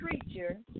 creature